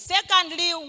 Secondly